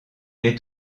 est